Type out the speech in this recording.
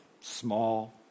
small